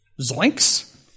Zoinks